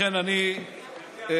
לכן, אני מבקש